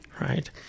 right